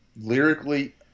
lyrically